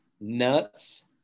nuts